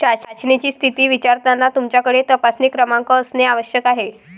चाचणीची स्थिती विचारताना तुमच्याकडे तपासणी क्रमांक असणे आवश्यक आहे